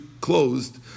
closed